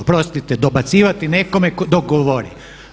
Oprostite, dobacivati nekome dok govori.